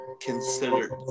considered